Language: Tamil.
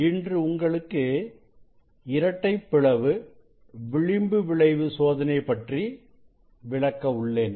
இன்று உங்களுக்கு இரட்டைப் பிளவு விளிம்பு விளைவு சோதனை பற்றி விளக்க உள்ளேன்